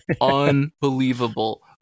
unbelievable